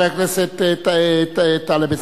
חבר הכנסת טלב אלסאנע.